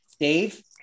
Dave